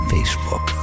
Facebook